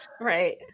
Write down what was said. right